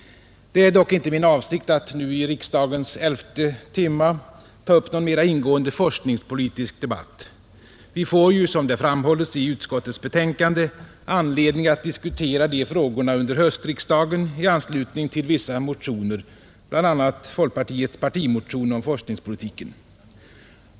Det är dock inte min avsikt att nu i vårriksdagens elfte timme ta upp någon mer ingående forskningspolitisk debatt. Vi får ju, som framhålles i utskottets betänkande, anledning att diskutera de frågorna under höstriksdagen i anslutning till vissa motioner, bl.a. folkpartiets partimotion om forskningspolitiken.